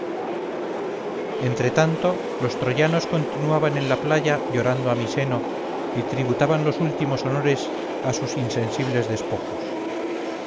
entre tanto los troyanos continuaban en la playa llorando a miseno y tributaban los últimos honores a sus insensibles despojos